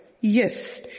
Yes